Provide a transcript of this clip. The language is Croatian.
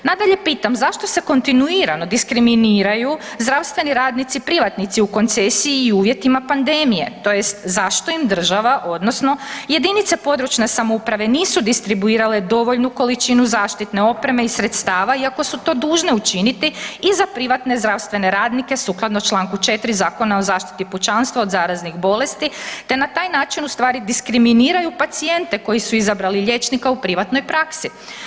Nadalje pitam zašto se kontinuirano diskriminiraju zdravstveni radnici privatnici u koncesiji i u uvjetima pandemije tj. zašto im država odnosno jedinice područne samouprave nisu distribuirale dovoljnu količinu zaštitne opreme i sredstava iako su to dužne učiniti i z privatne zdravstvene radnike sukladno čl. 4. Zakona o zaštiti pučanstva od zaraznih bolesti te na taj način ustvari diskriminiraju pacijente koji su izabrali liječnika u privatnoj praksi?